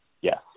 Yes